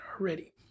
already